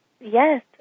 yes